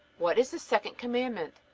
what is the second commandment?